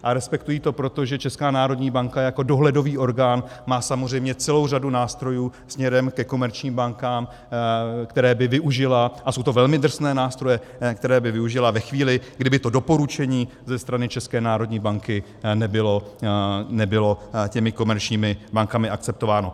A respektují to proto, že Česká národní banka jako dohledový orgán má samozřejmě celou řadu nástrojů směrem ke komerčním bankám, které by využila a jsou to velmi drsné nástroje ve chvíli, kdy by to doporučení ze strany České národní banky nebylo těmi komerčními bankami akceptováno.